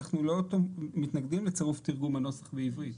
אנחנו לא מתנגדים לצירוף תרגום הנוסח בעברית.